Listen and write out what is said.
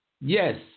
Yes